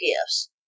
gifts